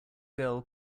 girl